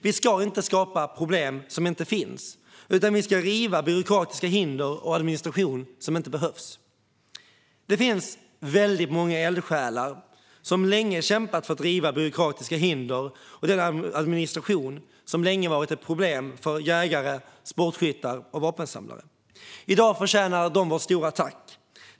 Vi ska inte skapa problem som inte finns utan riva byråkratiska hinder och administration som inte behövs. Det finns väldigt många eldsjälar som länge kämpat för att riva byråkratiska hinder och den administration som länge varit ett problem för jägare, sportskyttar och vapensamlare. I dag förtjänar de vårt stora tack.